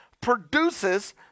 produces